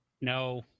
No